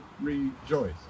rejoice